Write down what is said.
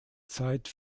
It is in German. zeit